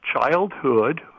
childhood